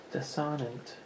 Dissonant